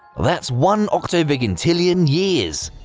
that's one octovigintillion years,